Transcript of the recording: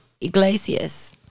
Iglesias